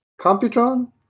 Computron